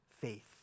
faith